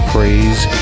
Praise